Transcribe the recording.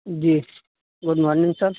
جی good morning سر